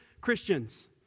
Christians